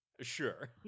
Sure